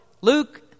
Luke